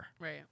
Right